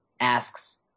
asks